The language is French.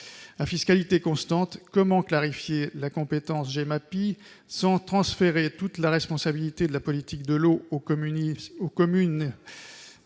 À fiscalité constante, comment clarifier la compétence Gemapi sans transférer toute la responsabilité de la politique de l'eau aux communes